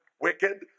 wicked